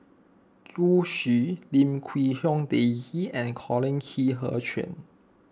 Zhu Xu Lim Quee Hong Daisy and Colin Qi Zhe Quan